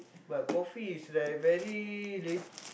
but coffee is like very le~